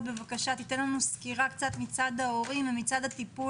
בבקשה תן לנו סקירה מצד ההורים או הטיפול